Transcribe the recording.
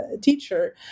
teacher